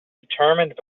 determined